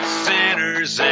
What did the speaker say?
sinners